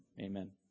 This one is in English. amen